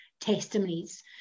testimonies